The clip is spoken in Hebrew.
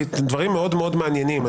דברים מאוד מאוד מעניינים.